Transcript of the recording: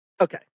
okay